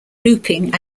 looping